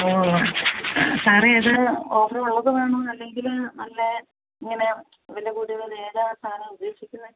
ഓ സാറെ ഇത് ഓഫറുള്ളത് വേണോ അല്ലെങ്കിൽ നല്ല ഇങ്ങനെ വില കൂടിയത് ഏതാണ് സാർ ഉദ്ദേശിക്കുന്നത്